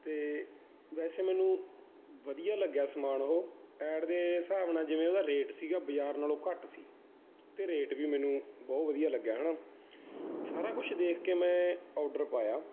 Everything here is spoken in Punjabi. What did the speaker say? ਅਤੇ ਵੈਸੇ ਮੈਨੂੰ ਵਧੀਆ ਲੱਗਿਆ ਸਮਾਨ ਉਹ ਐਡ ਦੇ ਹਿਸਾਬ ਨਾਲ ਜਿਵੇਂ ਉਹਦਾ ਰੇਟ ਸੀਗਾ ਬਾਜ਼ਾਰ ਨਾਲੋਂ ਘੱਟ ਸੀ ਅਤੇ ਰੇਟ ਵੀ ਮੈਨੂੰ ਬਹੁਤ ਵਧੀਆ ਲੱਗਿਆ ਹੈ ਨਾ ਸਾਰਾ ਕੁਝ ਦੇਖ ਕੇ ਮੈਂ ਆਰਡਰ ਪਾਇਆ